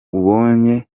ubonye